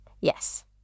Yes